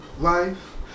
life